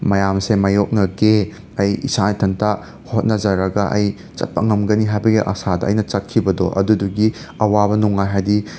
ꯃꯌꯥꯝ ꯑꯁꯦ ꯃꯥꯌꯣꯛꯅꯒꯦ ꯑꯩ ꯏꯁꯥ ꯏꯊꯟꯇ ꯍꯣꯠꯅꯖꯔꯒ ꯑꯩ ꯆꯠꯄ ꯉꯝꯒꯅꯤ ꯍꯥꯏꯕꯒꯤ ꯑꯁꯥꯗ ꯑꯩꯅ ꯆꯠꯈꯤꯕꯗꯣ ꯑꯗꯨꯗꯨꯒꯤ ꯑꯋꯥꯕ ꯅꯨꯡꯉꯥꯏ ꯍꯥꯏꯗꯤ